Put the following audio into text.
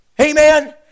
Amen